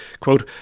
Quote